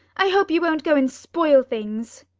i hope you won't go and spoil things.